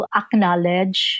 acknowledge